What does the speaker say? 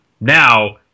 Now